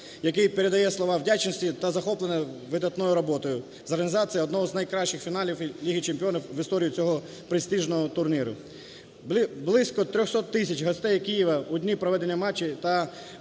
який передає слова вдячності та захоплення видатною роботою з організації одного з найкращих фіналів Ліги чемпіонів в історії цього престижного турніру. Близько 300 тисяч гостей Києва у дні проведення матчу та